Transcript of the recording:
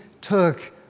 took